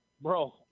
bro